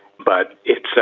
but it so